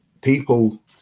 People